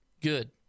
good